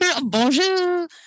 bonjour